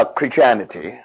Christianity